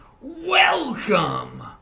welcome